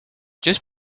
just